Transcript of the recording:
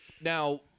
now